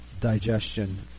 digestion